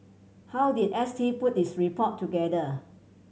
how did S T put its report together